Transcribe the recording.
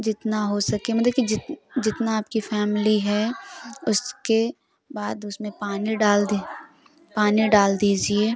जितना हो सके मतलब कि जितना आपकी फ़ैमिली है उसके बाद उसमें पानी डाल दें पानी डाल दीजिए